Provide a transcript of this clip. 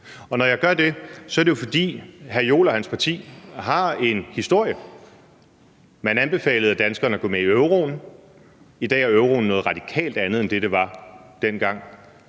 på. Når jeg gør det, er det jo, fordi hr. Jens Joel og hans parti har en historie. Man anbefalede danskerne at gå med i euroen; i dag er euroen noget radikalt andet end det, den var dengang.